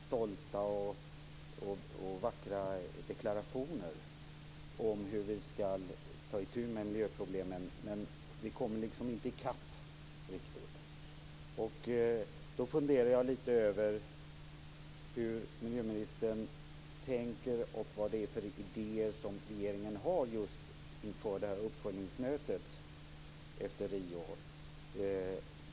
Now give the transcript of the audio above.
Fru talman! Situationen i världen blir bara sämre, som miljöministern nämnde. Vi har alltfler stolta och vackra deklarationer om hur vi ska ta itu med miljöproblemen, men vi kommer liksom inte riktigt i kapp. Jag funderar lite över hur miljöministern tänker och på vad det är för idéer som regeringen har just inför Riomötets uppföljningsmöte.